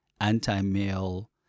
anti-male